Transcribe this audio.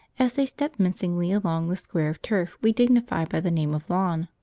as they step mincingly along the square of turf we dignify by the name of lawn.